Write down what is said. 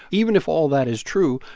even if all that is true,